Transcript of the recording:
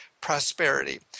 prosperity